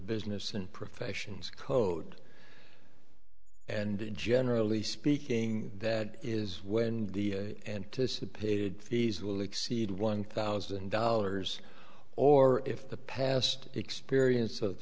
business and professions code and generally speaking that is when the anticipated fees will exceed one thousand dollars or if the past experience of